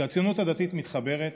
כשהציונות הדתית מתחברת,